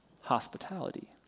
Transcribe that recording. hospitality